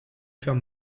faire